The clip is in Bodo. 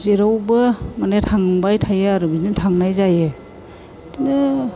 जेरावबो माने थांबाय थायो आरो बिदिनो थांनाय जायो बिदिनो